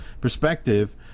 perspective